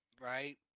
Right